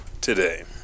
today